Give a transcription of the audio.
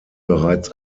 bereits